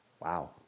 Wow